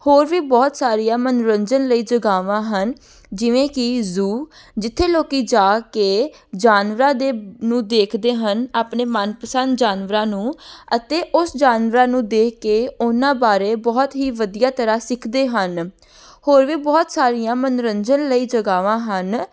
ਹੋਰ ਵੀ ਬਹੁਤ ਸਾਰੀਆਂ ਮਨੋਰੰਜਨ ਲਈ ਜਗ੍ਹਾਵਾਂ ਹਨ ਜਿਵੇਂ ਕਿ ਜ਼ੂ ਜਿੱਥੇ ਲੋਕ ਜਾ ਕੇ ਜਾਨਵਰਾਂ ਦੇ ਨੂੰ ਦੇਖਦੇ ਹਨ ਆਪਣੇ ਮਨਪਸੰਦ ਜਾਨਵਰਾਂ ਨੂੰ ਅਤੇ ਉਸ ਜਾਨਵਰਾਂ ਨੂੰ ਦੇਖ ਕੇ ਉਨ੍ਹਾਂ ਬਾਰੇ ਬਹੁਤ ਹੀ ਵਧੀਆ ਤਰ੍ਹਾਂ ਸਿੱਖਦੇ ਹਨ ਹੋਰ ਵੀ ਬਹੁਤ ਸਾਰੀਆਂ ਮਨੋਰੰਜਨ ਲਈ ਜਗ੍ਹਾਵਾਂ ਹਨ